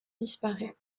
disparaît